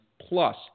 plus